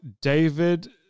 David